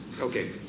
Okay